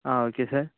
ah okay sir